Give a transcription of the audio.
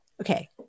okay